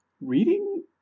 Reading